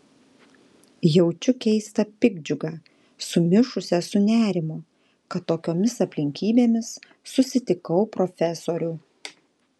jaučiu keistą piktdžiugą sumišusią su nerimu kad tokiomis aplinkybėmis susitikau profesorių